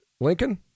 Lincoln